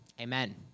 amen